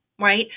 right